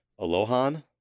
Alohan